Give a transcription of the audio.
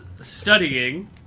studying